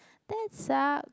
that suck